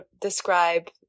describe